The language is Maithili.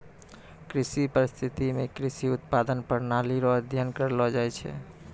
कृषि परिस्थितिकी मे कृषि उत्पादन प्रणाली रो अध्ययन करलो जाय छै